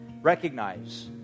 Recognize